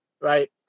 Right